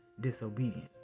disobedient